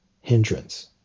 hindrance